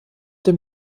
dem